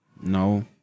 No